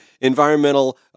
Environmental